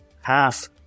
half